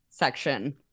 section